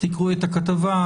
תקראו את הכתבה.